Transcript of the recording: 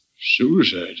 Suicide